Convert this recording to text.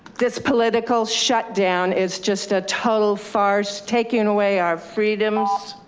this political shut down is just a total farce taking away our freedoms.